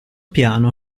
piano